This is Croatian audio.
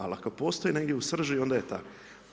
Ali, ako postoji negdje u srži, onda je tako.